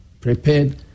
prepared